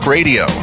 Radio